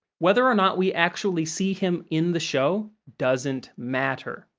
whether or not we actually see him in the show doesn't matter.